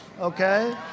Okay